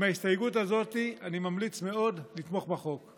עם ההסתייגות הזאת אני ממליץ מאוד לתמוך בחוק.